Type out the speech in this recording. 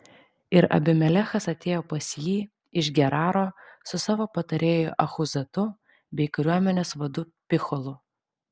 ir abimelechas atėjo pas jį iš geraro su savo patarėju achuzatu bei kariuomenės vadu picholu